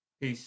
Peace